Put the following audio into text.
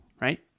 right